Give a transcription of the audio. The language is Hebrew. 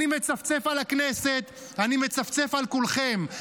אני מצפצף על הכנסת ואני מצפצף על כולכם.